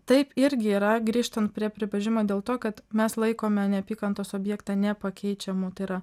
taip irgi yra grįžtant prie pripažimo dėl to kad mes laikome neapykantos objektą nepakeičiamu tai yra